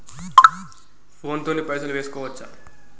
Phone తోని పైసలు వేసుకోవచ్చా?